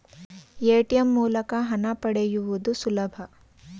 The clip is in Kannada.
ಎ.ಟಿ.ಎಂ ಮೂಲಕ ಹಣ ಪಡೆಯುವುದು ಸುಲಭ